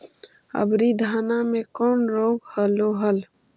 अबरि धाना मे कौन रोग हलो हल?